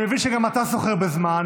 אני מבין שגם אתה סוחר בזמן.